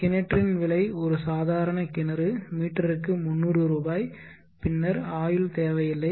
கிணற்றின் விலை இது ஒரு சாதாரண கிணறு மீட்டருக்கு 300 ரூபாய் பின்னர் ஆயுள் தேவை இல்லை